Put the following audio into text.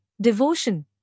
devotion